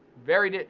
very,